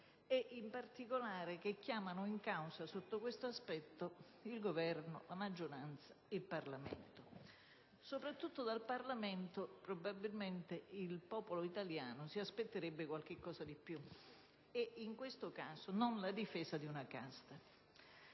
e, in particolare, che chiamano in causa sotto questo aspetto il Governo, la maggioranza e il Parlamento. Soprattutto dal Parlamento, probabilmente, il popolo italiano si aspetterebbe qualcosa di più, e in questo caso non la difesa di una casta.